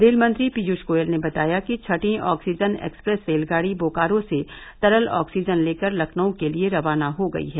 rail मंत्री पीयूष गोयल ने बताया कि छठी ऑक्सीजन एक्सप्रेस रेलगाडी बोकारो से तरल ऑक्सीजन लेकर लखनऊ के लिए रवाना हो गई है